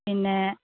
പിന്നെ